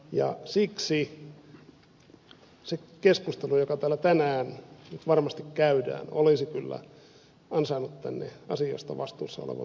siksi se keskustelu joka täällä tänään nyt varmasti käydään olisi kyllä ansainnut tänne asiasta vastuussa olevan ministerinkin paikalle